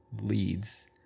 leads